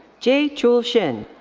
jae chul shin.